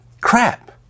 crap